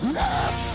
yes